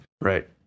Right